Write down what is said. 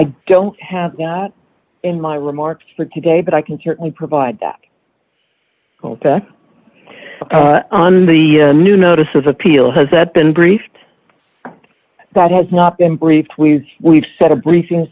i don't have that in my remarks for today but i can certainly provide that on the new notice of appeal has that been briefed that has not been briefed we've we've set a briefing